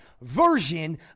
version